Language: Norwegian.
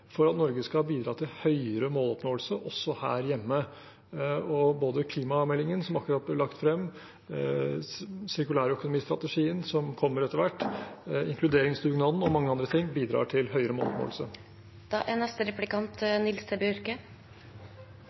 for at Norge skal bidra til høyere måloppnåelse også her hjemme. Både klimameldingen, som akkurat har blitt lagt frem, sirkulærøkonomistrategien, som kommer etter hvert, inkluderingsdugnaden og mange andre ting bidrar til høyere